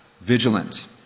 vigilant